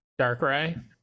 Darkrai